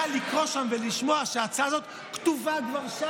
יודע לקרוא שם ולשמוע שההצעה הזאת כבר כתובה שם,